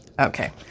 Okay